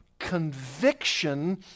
conviction